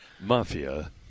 Mafia